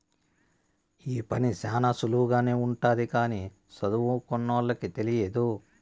ఈ పని శ్యానా సులువుగానే ఉంటది కానీ సదువుకోనోళ్ళకి తెలియదు